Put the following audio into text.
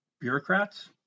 bureaucrats